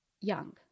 young